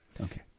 Okay